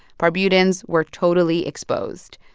barbudans were totally exposed.